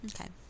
Okay